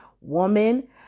woman